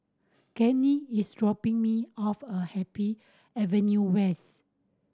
Kenny is dropping me off at Happy Avenue West